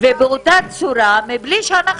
ובאותה צורה בלי שאנחנו,